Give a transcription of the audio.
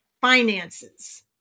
finances